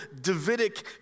Davidic